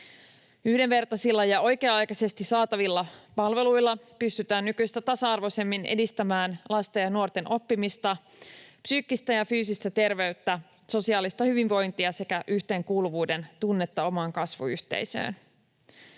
Yhdenvertaisilla ja oikea-aikaisesti saatavilla palveluilla pystytään nykyistä tasa-arvoisemmin edistämään lasten ja nuorten oppimista, psyykkistä ja fyysistä terveyttä, sosiaalista hyvinvointia sekä yhteenkuuluvuuden tunnetta omaan kasvuyhteisöön.